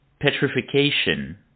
petrification